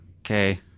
Okay